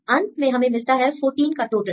अंत में हमें मिलता है 14 का टोटल